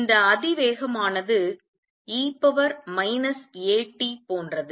இந்த அதிவேகமானது e At போன்றது